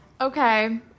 Okay